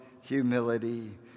humility